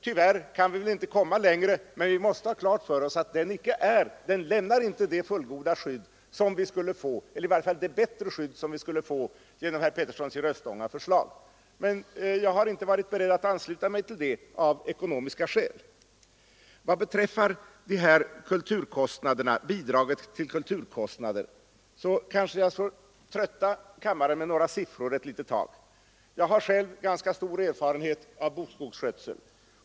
Tyvärr kan vi väl inte komma längre, men vi måste ha klart för oss att den inte lämnar det bättre skydd för landskapsbilden som vi skulle få genom herr Peterssons i Röstånga förslag. Jag har emellertid av ekonomiska skäl inte varit beredd att ansluta mig till det. Vad beträffar bidraget till kulturkostnader kanske jag får trötta kammaren med några siffror. Jag har själv ganska stor erfarenhet av bokskogsskötsel.